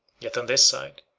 yet, on this side,